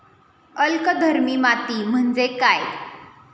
अल्कधर्मी माती म्हणजे काय?